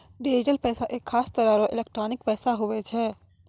digital पैसा एक खास तरह रो एलोकटानिक पैसा हुवै छै